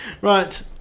Right